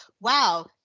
wow